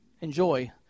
enjoy